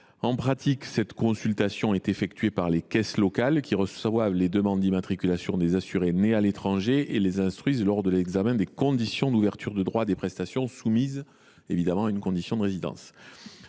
En pratique, cette consultation est effectuée par les caisses locales, qui reçoivent les demandes d’immatriculation des assurés nés à l’étranger et les instruisent lors de l’examen des conditions d’ouverture de droits à des prestations soumises à une condition de résidence.